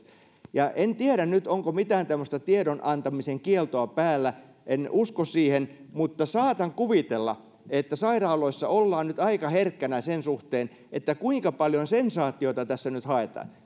en tiedä nyt onko mitään tämmöistä tiedon antamisen kieltoa päällä en usko siihen mutta saatan kuvitella että sairaaloissa ollaan nyt aika herkkänä sen suhteen kuinka paljon sensaatiota tässä nyt haetaan